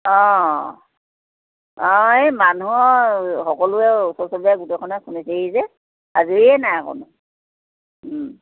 অঁ অঁ অঁ এই মানুহৰ সকলোৱে ওচৰ চবুৰীয়া গোটেইখনে খুন্দিছেহি যে আজৰিয়ে নাই অকণো